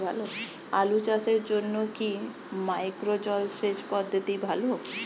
আলু চাষের জন্য কি মাইক্রো জলসেচ পদ্ধতি ভালো?